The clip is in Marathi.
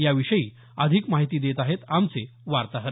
याविषयी अधिक माहिती देत आहेत आमचे वातोहर